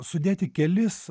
sudėti kelis